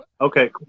Okay